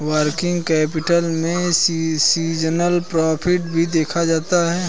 working capital में seasonal profit भी देखा जाता है